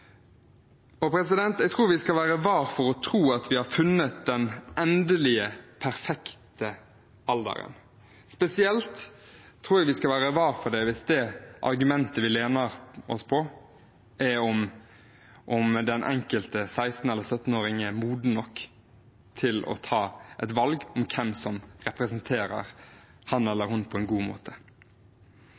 Jeg tror vi skal være vare med å tro at vi har funnet den endelige, perfekte alderen. Spesielt tror jeg vi skal være vare hvis det argumentet vi lener oss på, er om den enkelte 16- eller 17-åringen er moden nok til å ta et valg om hvem som representerer ham eller henne på en god måte.